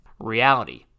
Reality